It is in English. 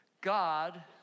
God